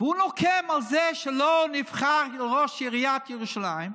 והוא נוקם על זה שלא נבחר להיות ראש עיריית ירושלים,